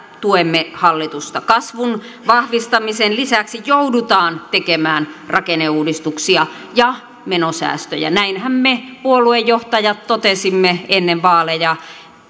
tuemme hallitusta kasvun vahvistamisen lisäksi joudutaan tekemään rakenneuudistuksia ja menosäästöjä näinhän me puoluejohtajat totesimme ennen vaaleja